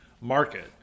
market